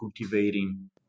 cultivating